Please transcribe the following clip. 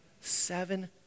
seven